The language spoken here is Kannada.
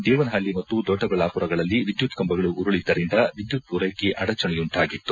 ದೇವನಪಳ್ಳಿ ಮತ್ತು ದೊಡ್ಡಬಳ್ಳಾಮರಗಳಲ್ಲಿ ವಿದ್ಯುತ್ ಕಂಬಗಳು ಉರುಳಿದ್ದರಿಂದ ವಿದ್ಯುತ್ ಪೂರೈಕೆ ಅಡಚಣೆಯುಂಟಾಗಿತ್ತು